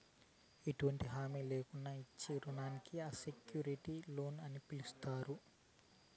ఎటువంటి హామీ లేకున్నానే ఇచ్చే రుణానికి అన్సెక్యూర్డ్ లోన్ అని పిలస్తారు